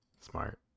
smart